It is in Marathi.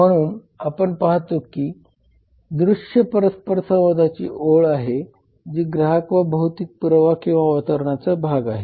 म्हणून आपण पाहतो की ही दृश्य परस्परसंवादाची ओळ आहे जी ग्राहक व भौतिक पुरावा किंवा वातारवरणाचा भाग आहे